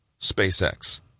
SpaceX